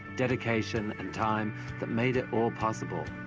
dedication and time that made it all possible.